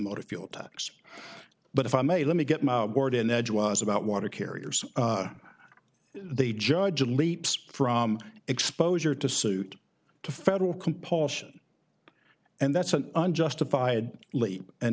motor fuel tax but if i may let me get my word in edgewise about water carriers they judge leaps from exposure to suit to federal compulsion and that's an unjustified leap and